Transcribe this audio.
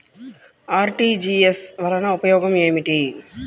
RTGS వలన ఉపయోగం ఏమిటీ?